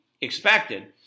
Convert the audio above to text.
expected